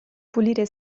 pulire